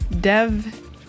Dev